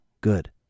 Good